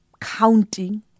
counting